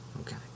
Okay